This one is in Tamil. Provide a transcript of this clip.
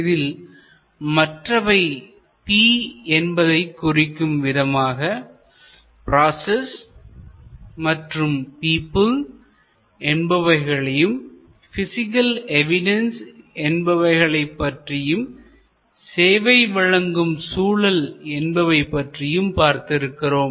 இதில் மற்றவை P என்பதைக் குறிக்கும் விதமாக பிராசஸ் மற்றும் பீப்பிள் என்பவைகளையும் பிசிகல் எவிடென்ஸ் என்பவைகளைப் பற்றியும் சேவை வழங்கும் சூழல் என்பவை பற்றியும் பார்த்திருக்கிறோம்